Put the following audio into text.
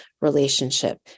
relationship